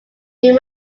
new